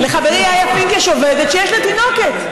לחברי יאיא פינק יש עובדת שיש לה תינוקת.